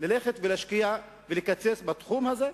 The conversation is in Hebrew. אבל ללכת ולקצץ בתחום הזה?